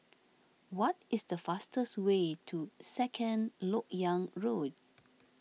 what is the fastest way to Second Lok Yang Road